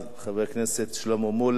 עם חברי הכנסת שלמה מולה,